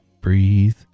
Breathe